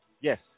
Yes